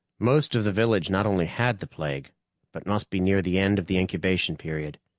most of the village not only had the plague but must be near the end of the incubation period.